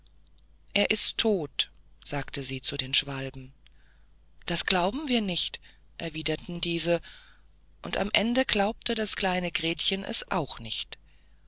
er ist tot sagte sie zu den schwalben das glauben wir nicht erwiderten diese und am ende glaubte das kleine gretchen es auch nicht